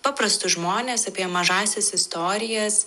paprastus žmones apie mažąsias istorijas